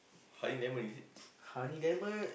honey lemon is it